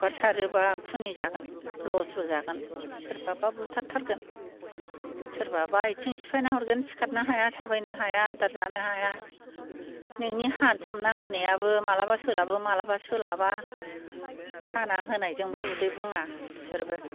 हगारसारोब्ला खुनि जागोन लसबो जागोन सोरबाबा बुथार थारगोन सोरबाबा आथिं सिफायना हरगोन सिखारनो हाया थाबायनो हाया आदार जानो हाया नोंनि हाथुमना होनायाबो माब्लाबा सोलाबो माब्लाबा सोलाबा हाना होनायजोंबो उदै बुङा बिसोरबो